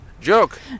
Joke